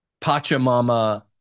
pachamama